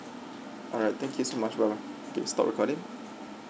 alright thank you so much bye bye okay stop recording